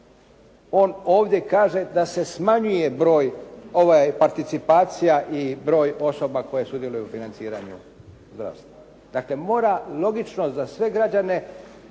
on ovdje kaže da se smanjuje broj participacija i broj osoba koje sudjeluju u financiranju zdravstva. Dakle, mora logično za sve građane